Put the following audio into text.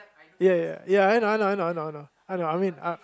ya ya ya I know I know I know I know I mean